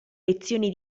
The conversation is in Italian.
lezioni